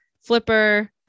flipper